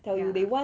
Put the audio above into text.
ya